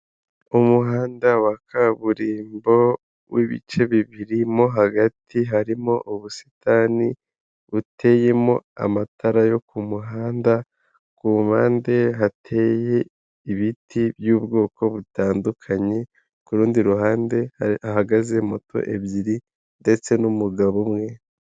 Umuhanda wa kaburimbo w'ibice bibiri mu hagati harimo ubusitani buteyemo amatara yo ku muhanda kumpande hateye ibiti by'ubwoko butandukanye kurundi ruhande ahagaze moto ebyiri ndetse n'umugabo umwe.